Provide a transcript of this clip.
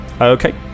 Okay